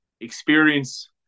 experience